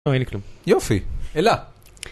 טוב, אין לי כלום. יופי. אלה.